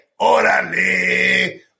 Orale